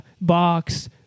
box